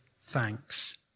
thanks